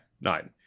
nine